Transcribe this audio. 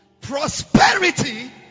prosperity